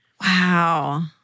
Wow